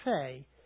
say